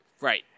Right